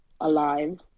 alive